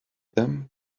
them